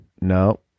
No